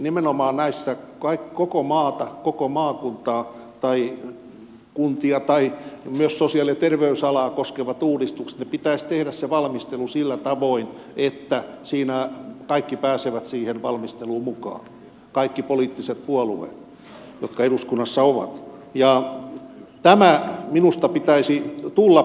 nimenomaan näissä koko maata koko maakuntaa tai kuntia tai myös sosiaali ja terveysalaa koskevissa uudistuksissa pitäisi tehdä se valmistelu sillä tavoin että siinä kaikki pääsevät siihen valmisteluun mukaan kaikki poliittiset puolueet jotka eduskunnassa ovat ja tämän minusta pitäisi tulla pohjaksi